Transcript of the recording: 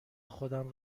خودم